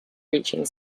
reaching